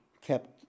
kept